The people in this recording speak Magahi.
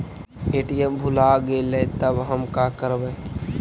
ए.टी.एम भुला गेलय तब हम काकरवय?